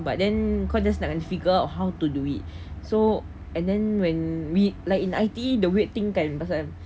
but then cause just like you figure out how to do it so and then when we like in I_T_E the weird thing kan pasal